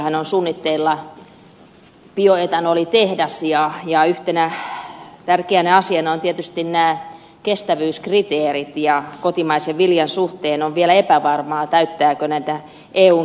ilmajoellehan on suunnitteilla bioetanolitehdas ja yhtenä tärkeänä asiana ovat tietysti nämä kestävyyskriteerit ja kotimaisen viljan suhteen on vielä epävarmaa täyttääkö se näitä eun kestävyyskriteereitä